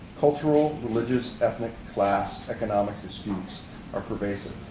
cultural, religious, ethnic, class, economic disputes are pervasive.